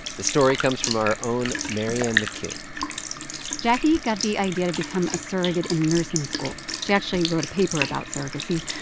the story comes from our own marianne mccune jacquie got the idea to become a surrogate in nursing school. she actually wrote a paper about surrogacy,